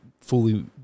fully